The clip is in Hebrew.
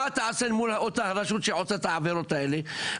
מה תעשה אל מול אותה רשות שעושה את העבירות האלה?